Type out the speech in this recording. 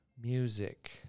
music